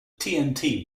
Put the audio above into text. tnt